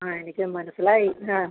ആ എനിക്ക് മനസ്സിലായി ആ